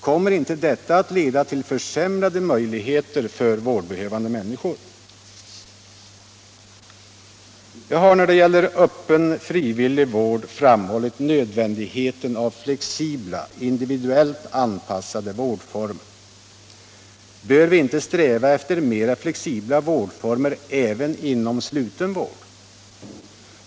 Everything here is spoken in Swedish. Kommer inte detta att leda till försämrade möjligheter för vårdbehövande människor? Jag har när det gäller öppen, frivillig vård framhållit nödvändigheten av flexibla, individuellt anpassade vårdformer. Bör vi inte sträva efter mera flexibla vårdformer även inom sluten vård?